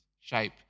shape